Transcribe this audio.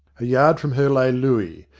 a yard from her lay looey,